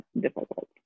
difficult